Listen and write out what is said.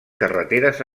carreteres